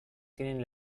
tienen